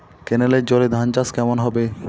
কেনেলের জলে ধানচাষ কেমন হবে?